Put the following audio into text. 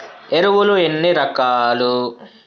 ఎరువులు ఎన్ని రకాలు?